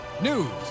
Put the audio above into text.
news